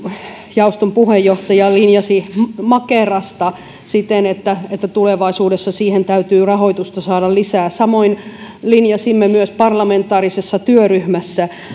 jaoston puheenjohtaja linjasi makerasta siten että että tulevaisuudessa siihen täytyy rahoitusta saada lisää samoin linjasimme myös parlamentaarisessa työryhmässä